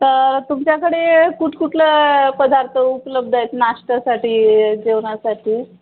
तर तुमच्याकडे कुठकुठलं पदार्थ उपलब्ध आहेत नाश्त्यासाठी जेवणासाठी